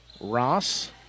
Ross